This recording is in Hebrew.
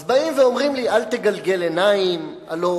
אז באים ואומרים לי: אל תגלגל עיניים, הלוא